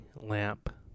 lamp